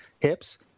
hips